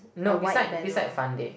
no beside beside Fun Day